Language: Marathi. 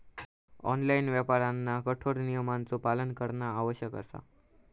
ऑनलाइन व्यापाऱ्यांना कठोर नियमांचो पालन करणा आवश्यक असा